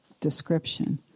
description